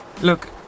look